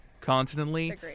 constantly